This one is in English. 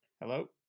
Hello